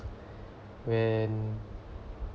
when